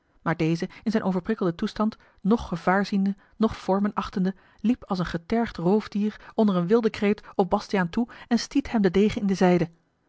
maar deze in zijn overprikkelden toestand noch gevaar ziende noch vormen achtende liep als een getergd roofdier onder een wilden kreet op bastiaan toe en stiet hem den degen in de zijde